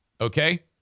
okay